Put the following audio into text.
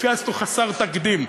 פיאסקו חסר תקדים.